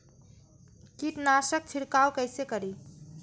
कीट नाशक छीरकाउ केसे करी?